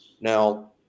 Now